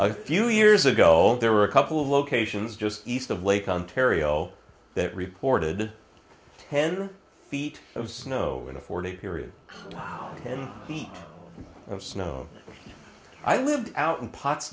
a few years ago there were a couple of locations just east of lake ontario that reported ten feet of snow in a four day period and heat of snow i lived out in pots